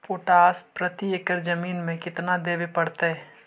Potash प्रति एकड़ जमीन में केतना देबे पड़तै?